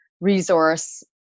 resource